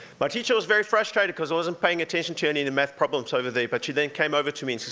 but teacher was very frustrated, cause i wasn't paying attention to any of the math problems over there, but she then came over to me, and she